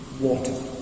water